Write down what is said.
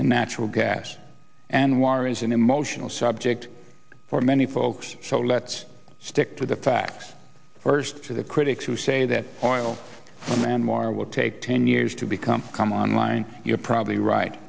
and natural gas and water is an emotional subject for many folks so let's stick to the facts first to the critics who say that oil from anwar will take ten years to become come on line you're probably right